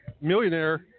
Millionaire